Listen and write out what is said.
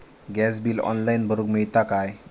Gas bill online भरुक मिळता काय?